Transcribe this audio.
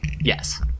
Yes